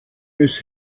ist